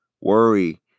worry